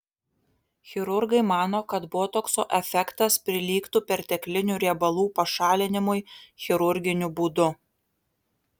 chirurgai mano kad botokso efektas prilygtų perteklinių riebalų pašalinimui chirurginiu būdu